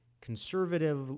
conservative